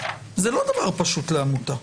זה לא דבר פשוט לעמותה.